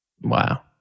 Wow